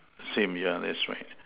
same yeah that's right